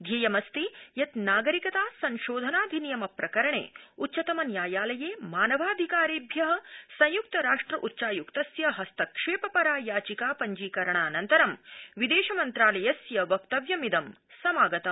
ध्येयमस्ति यत् नागरिकता संशोधनाधिनियम प्रकरणे उच्चतमन्यायालये मानवाधिकारेभ्य संयुक्त राष्ट्र उच्चायुक्तस्य हस्तक्षेप परा याचिका पञ्जीकरणान्तरं विदेशमन्त्रालयस्य वक्तव्यमिदं समागतम्